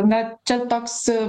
na čia toks